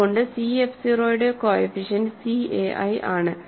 അതുകൊണ്ട് cf 0 യുടെ coefficient ca i ആണ്